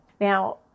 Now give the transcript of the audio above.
Now